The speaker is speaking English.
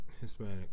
Hispanic